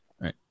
right